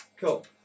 Cool